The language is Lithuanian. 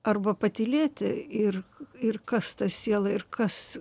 arba patylėti ir ir kas ta siela ir kas